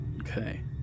Okay